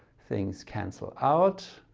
things cancel out,